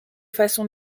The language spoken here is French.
façon